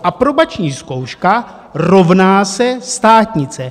Aprobační zkouška rovná se státnice.